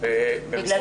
ההעסקה במשרות בכירות.